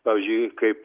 pavyzdžiui kaip